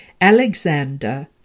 Alexander